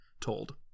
told